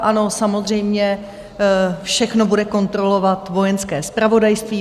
Ano, samozřejmě, všechno bude kontrolovat Vojenské zpravodajství.